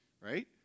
right